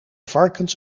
varkens